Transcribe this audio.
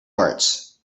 arts